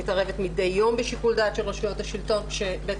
מתערבת מדי יום בשיקול דעת של רשויות השלטון כשבית